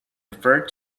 referred